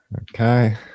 okay